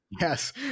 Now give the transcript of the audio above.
Yes